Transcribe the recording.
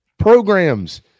programs